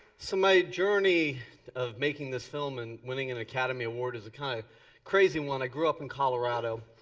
so my journey of making this film and winning an academy award is a kind of crazy one. i grew up in colorado.